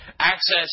Access